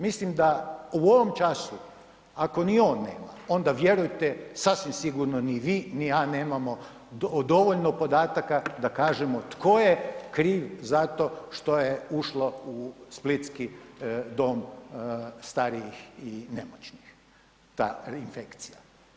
Mislim da u ovom času ako ni on nema onda vjerujte sasvim sigurno ni vi ni ja nemamo dovoljno podataka da kažemo tko je kriv za to što je ušlo u splitski dom starijih i nemoćnih ta infekcija.